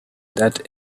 that